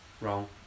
Wrong